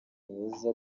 mwiza